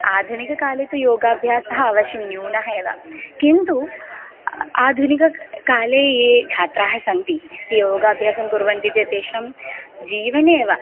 आधुनिककाले तु योगाभ्यासः अवश्यं न्यूनः एव किन्तु आधुनिककाले ये छात्राः सन्ति योगाभ्यासं कुर्वन्ति चेत् तेषां जीवने एव